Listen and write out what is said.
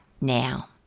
now